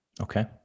Okay